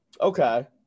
Okay